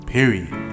Period